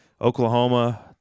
Oklahoma